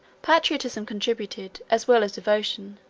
patriotism contributed, as well as devotion,